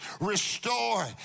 Restore